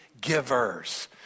givers